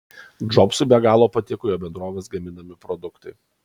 džobsui be galo patiko jo bendrovės gaminami produktai